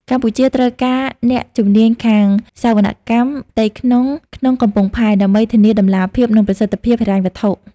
កម្ពុជាត្រូវការអ្នកជំនាញខាងសវនកម្មផ្ទៃក្នុងក្នុងកំពង់ផែ ដើម្បីធានាតម្លាភាព និងប្រសិទ្ធភាពហិរញ្ញវត្ថុ។